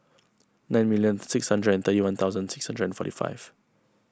nine million six hundred and thirty one thousand six hundred and forty five